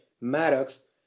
Maddox